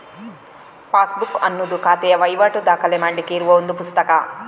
passbook ಅನ್ನುದು ಖಾತೆಯ ವೈವಾಟು ದಾಖಲೆ ಮಾಡ್ಲಿಕ್ಕೆ ಇರುವ ಒಂದು ಪುಸ್ತಕ